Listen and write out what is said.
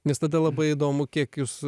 nes tada labai įdomu kiek jūs